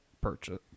purchase